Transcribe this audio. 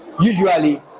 usually